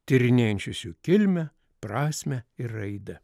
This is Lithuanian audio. tyrinėjančius jų kilmę prasmę ir raidą